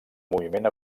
moviment